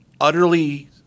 utterly